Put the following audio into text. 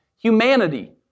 humanity